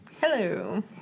Hello